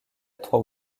trois